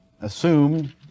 assumed